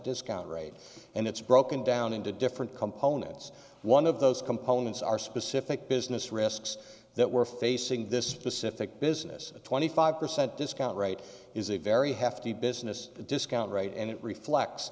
discount rate and it's broken down into different components one of those components are specific business risks that we're facing this specific business a twenty five percent discount rate is a very hefty business the discount rate and it reflects